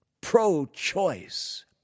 Pro-choice